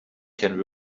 can